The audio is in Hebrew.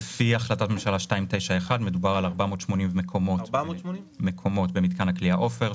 לפי החלטת ממשלה 291 מדובר על 480 מקומות במתקן הכליאה עופר,